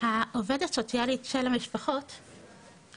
העובדת הסוציאלית של המשפחות היא